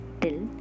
till